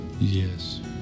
Yes